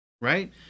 right